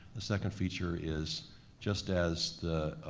the second feature is just as the